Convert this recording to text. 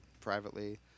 privately